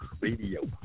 Radio